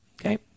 Okay